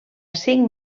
cinc